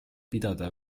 pidada